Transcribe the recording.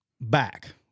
back